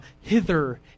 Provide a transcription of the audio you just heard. hither